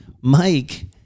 Mike